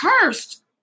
cursed